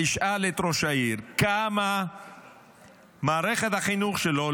תשאל את ראש העיר כמה מערכת החינוך שלו,